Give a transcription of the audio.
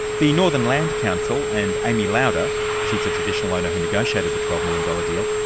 the northern land council and amy lauder, she's the traditional owner who negotiated the twelve million dollars deal,